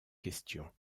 questions